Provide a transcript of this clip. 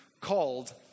called